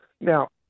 Now